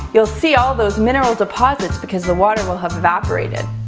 you'll see all those mineral deposits because the water will have evaporated.